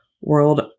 world